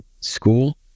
school